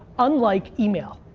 unlike email.